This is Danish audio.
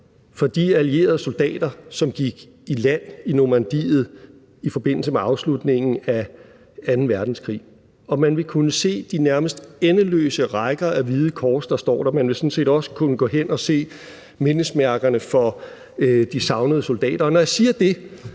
for de allierede soldater, som gik i land i Normandiet i forbindelse med afslutningen af anden verdenskrig. Og man vil kunne se de nærmest endeløse rækker af hvide kors, der står der. Man vil sådan set også kunne gå hen og se mindesmærkerne for de savnede soldaterne. Og når jeg siger det,